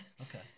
Okay